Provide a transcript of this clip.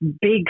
big